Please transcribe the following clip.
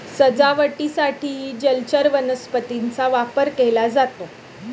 सजावटीसाठीही जलचर वनस्पतींचा वापर केला जातो